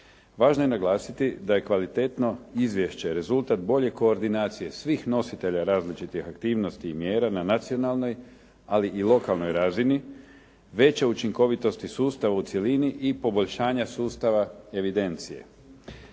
Važno je naglasiti da je kvalitetno izvješće rezultat bolje koordinacije svih nositelja različitih aktivnosti i mjera na nacionalnoj, ali i lokalnoj razini, većoj učinkovitosti sustava u cjelini i poboljšanja sustava evidencije.